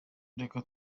reka